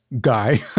guy